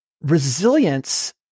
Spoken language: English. resilience